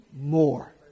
more